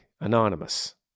anonymous